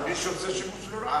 מי שעושה שימוש לרעה,